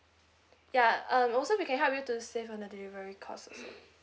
ya um also we can help you to save on the delivery cost also